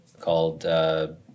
called